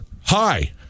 hi